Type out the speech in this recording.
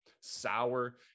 sour